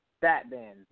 Batman